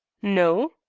no.